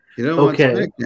Okay